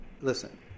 listen